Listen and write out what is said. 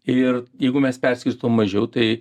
ir jeigu mes perskirstom mažiau tai